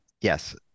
yes